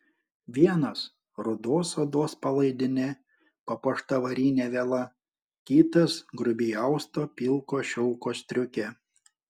vienas rudos odos palaidine papuošta varine viela kitas grubiai austo pilko šilko striuke